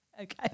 Okay